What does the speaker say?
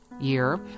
year